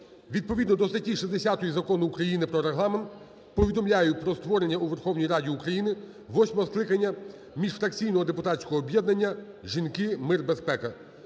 відповідно до статті 60 Закону України "Про Регламент" повідомляю про створення у Верховній Раді України восьмого скликання міжфракційного депутатського об'єднання "Жінки. Мир. Безпека".